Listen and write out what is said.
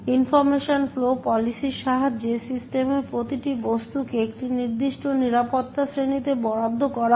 information flow পলিসির সাহায্যে সিস্টেমের প্রতিটি বস্তুকে একটি নির্দিষ্ট নিরাপত্তা শ্রেণীতে বরাদ্দ করা হয়